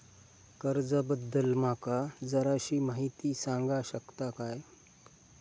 कर्जा बद्दल माका जराशी माहिती सांगा शकता काय?